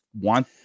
want